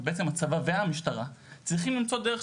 ובעצם הצבא והמשטרה צריכים למצוא דרך,